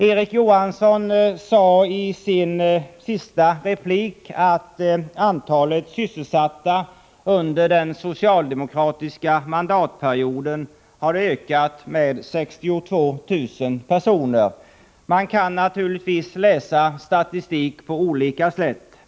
Erik Johansson sade i sin sista replik att antalet sysselsatta under den socialdemokratiska mandatperioden har ökat med 62 000 personer. Man kan naturligtvis läsa statistik på olika sätt.